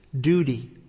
duty